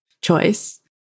choice